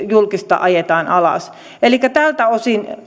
julkista ajetaan alas elikkä tältä osin